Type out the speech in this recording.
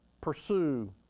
pursue